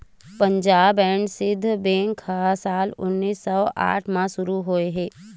Punjab and Sind bank ह साल उन्नीस सौ आठ म शुरू होए हे